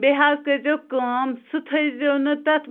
بیٚیہِ حظ کٔرۍ زیو کٲم سُہ تھٲے زیو نہٕ تَتھ